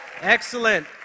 Excellent